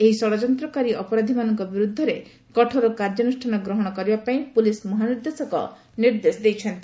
ଏହି ଷଢ଼ଯନ୍ତ୍ରକାରୀ ଅପରାଧୀମାନଙ୍କ ବିରୁଦ୍ଧରେ କଠୋର କାର୍ଯ୍ୟାନୁଷ୍ଠାନ ଗ୍ରହଣ କରିବା ପାଇଁ ପୁଲିସ ମହାନିର୍ଦ୍ଦେଶକ ନିର୍ଦ୍ଦେଶ ଦେଇଛନ୍ତି